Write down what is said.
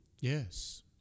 Yes